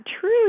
true